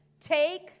Take